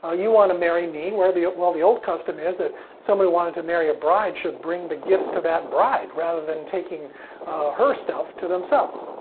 ah you want to marry me, well, the, well, the old custom is that somebody wanted to marry a bride should bring the gifts to that bride rather than taking her stuff to themselves.